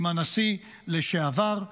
עם הנשיא לשעבר,